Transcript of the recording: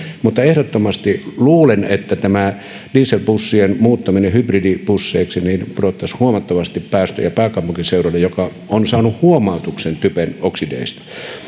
mutta ehdottomasti luulen että tämä dieselbussien muuttaminen hybridibusseiksi pudottaisi huomattavasti päästöjä pääkaupunkiseudulla joka on saanut huomautuksen typen oksideista